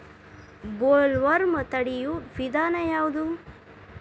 Bollworm ತಡಿಯು ವಿಧಾನ ಯಾವ್ದು?